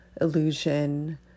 illusion